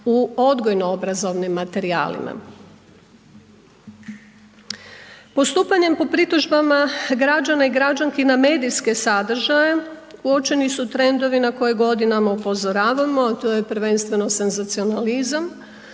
u odgojno-obrazovnim materijalima. Postupanje po pritužbama građana i građanki na medijske sadržaje, uočeni su trendovi na koje godinama upozoravamo a to je prvenstveno senzacionalizam